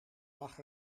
mag